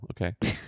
Okay